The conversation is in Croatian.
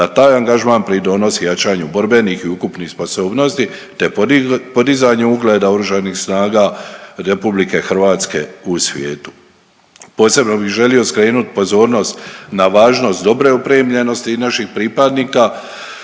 da taj angažman pridonosi jačanju borbenih i ukupnih sposobnosti te podizanju ugleda Oružanih snaga RH u svijetu. Posebno bih želio skrenut pozornost na važnost dobre opremljenosti naših pripadnika